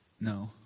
no